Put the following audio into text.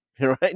right